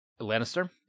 Lannister